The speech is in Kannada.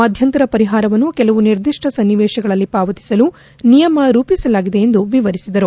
ಮಧ್ಯಂತರ ಪರಿಹಾರವನ್ನು ಕೆಲವು ನಿರ್ದಿಷ್ಟ ಸನ್ನಿವೇಶಗಳಲ್ಲಿ ಪಾವತಿಸಲು ನಿಯಮ ರೂಪಿಸಲಾಗಿದೆ ಎಂದು ವಿವರಿಸಿದರು